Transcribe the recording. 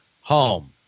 home